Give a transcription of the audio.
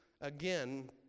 again